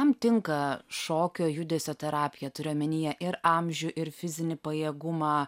kam tinka šokio judesio terapija turiu omenyje ir amžių ir fizinį pajėgumą